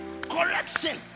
Correction